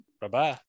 Bye-bye